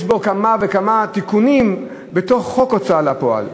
בו כמה וכמה תיקונים לחוק ההוצאה לפועל,